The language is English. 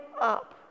up